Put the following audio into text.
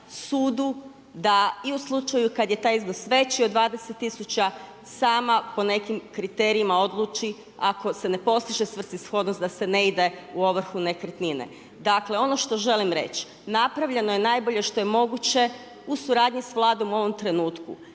sudu da i u slučaju kad je taj iznos veći od 20 tisuća, sam po nekim kriterija odluči, ako se ne postiže svrsishodnost da se ne ide u ovrhu nekretnine. Dakle, ono što želim reć, napravljeno je nabolje što je moguće u suradnji sa Vladom u ovom trenutku,